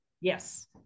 Yes